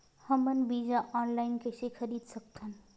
हमन बीजा ऑनलाइन कइसे खरीद सकथन?